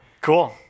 Cool